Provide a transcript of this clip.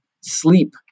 sleep